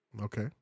Okay